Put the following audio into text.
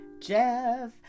Jeff